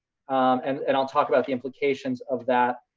and and i'll talk about the implications of that